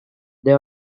they